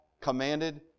commanded